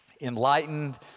enlightened